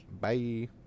Bye